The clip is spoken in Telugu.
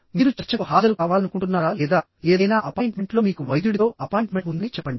మీరు చర్చకు హాజరు కావాలనుకుంటున్నారా లేదా ఏదైనా అపాయింట్మెంట్లో మీకు వైద్యుడితో అపాయింట్మెంట్ ఉందని చెప్పండి